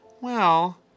Well